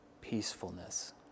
peacefulness